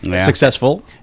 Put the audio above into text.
successful